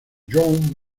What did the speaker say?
john